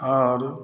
आओर